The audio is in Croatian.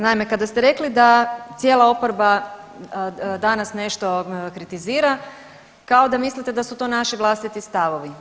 Naime, kada ste rekli da cijela oporba danas nešto kritizira kao da mislite da su to naši vlastiti stavovi.